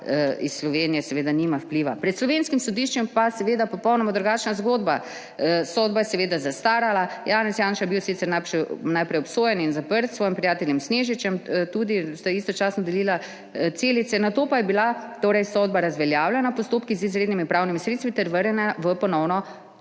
(Nadaljevanje) Pred slovenskim sodiščem pa seveda popolnoma drugačna zgodba. Sodba je seveda zastarala. Janez Janša je bil sicer najprej obsojen in zaprt s svojim prijateljem Snežičem, tudi, sta istočasno delila celice. Nato pa je bila sodba razveljavljena v postopkih z izrednimi pravnimi sredstvi ter vrnjena v ponovno